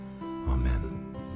Amen